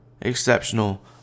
exceptional